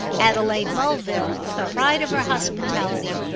adelaide mulville, for the pride of her hospitality,